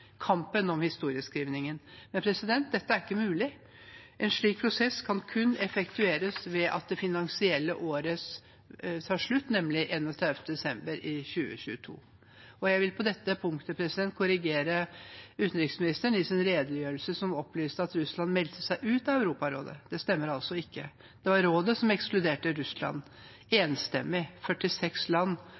om historieskrivningen. Men dette er ikke mulig. En slik prosess kan kun effektueres når det finansielle året tar slutt, nemlig 31. desember i 2022. Jeg vil på dette punktet korrigere utenriksministeren i sin redegjørelse, som opplyste at Russland meldte seg ut av Europarådet. Det stemmer altså ikke. Det var rådet som ekskluderte Russland, 46 land